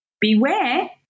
beware